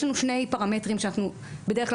יש לנו שני פרמטרים שאנחנו בדרך כלל